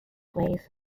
ways